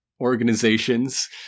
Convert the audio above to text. organizations